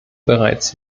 bereits